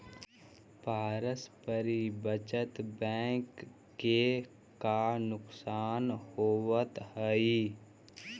पारस्परिक बचत बैंक के का नुकसान होवऽ हइ?